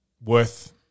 worth